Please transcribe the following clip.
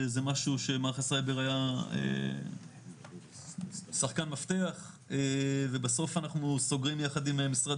זה משהו שמערך הסייבר היה שחקן מפתח ובסוף אנחנו סוגרים יחד עם משרד